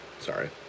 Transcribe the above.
Sorry